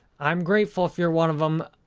i'm grateful if you're one of them,